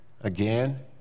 again